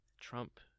Trump